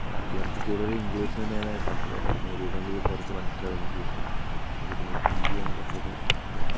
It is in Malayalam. ബാക്കി നമുക്ക് കൂടുതൽ ഇംഗ്ലീഷ് തന്നെയാണ് കംഫർട്ടബിൾ എല്ലാവർക്കും ഒരു വിധം എങ്കിലും കുറച്ച് മനസ്സിലാകും ഇംഗ്ലീഷ് അല്ലങ്കിൽ പിന്നെ ഹിന്ദിയാണ് കുറച്ചും കൂടെ ബെറ്ററ്